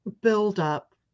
buildup